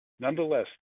Nonetheless